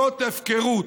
זאת הפקרות.